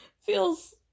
Feels